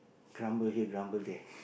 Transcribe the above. grumble here grumble there